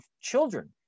children